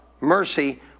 mercy